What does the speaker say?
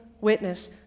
witness